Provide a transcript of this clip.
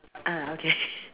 ah okay